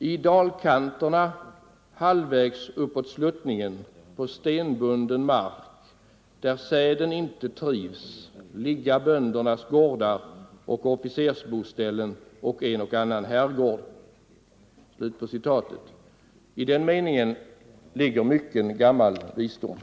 — ”I dalkanterna, halvvägs uppåt sluttningen, på stenbunden mark, där säden inte trivs, ligga böndernas gårdar och officersboställen och en och annan herrgård.” I den meningen finns mycken gammal visdom!